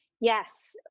Yes